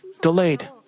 delayed